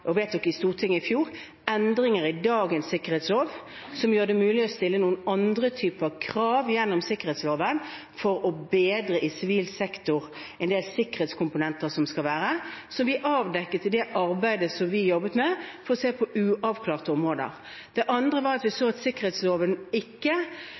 Stortinget i fjor vedtok endringer i dagens sikkerhetslov som gjør det mulig å stille noen andre typer krav gjennom sikkerhetsloven for å bedre en del sikkerhetskomponenter som skal være i sivil sektor, som vi avdekket i det arbeidet som vi gjorde for å se på uavklarte områder. Det andre er at vi